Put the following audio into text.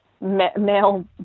male